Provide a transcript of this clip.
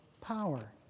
power